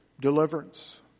deliverance